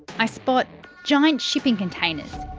i spot giant shipping containers,